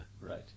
Right